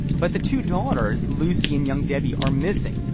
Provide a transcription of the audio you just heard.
but the two daughters lucy and young debbie are missing.